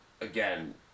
again